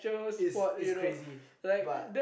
it's it's crazy but